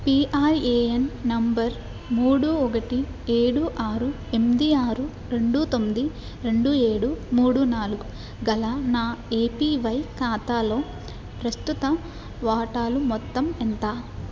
PRAN నంబరు మూడు ఒకటి ఏడు ఆరు ఎనిమిది ఆరు రెండు తొమ్మిది రెండు ఏడు మూడు నాలుగు గల నా ఏపీవై ఖాతాలో ప్రస్తుతం వాటాల మొత్తం ఎంత